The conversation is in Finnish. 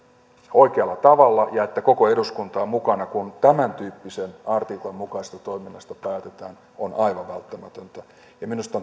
oikealla tavalla ja että koko eduskunta on mukana kun tämäntyyppisen artiklan mukaisesta toiminnasta päätetään on aivan välttämätöntä ja minusta